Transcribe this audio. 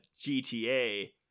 GTA